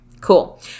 cool